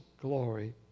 glory